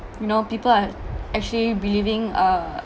you know people are actually believing uh